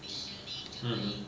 mmhmm